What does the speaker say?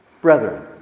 Brethren